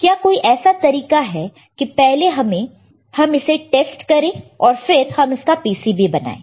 क्या कोई ऐसा तरीका है कि पहले हम इसे टेस्ट करें और फिर हम इसका PCB बनाएं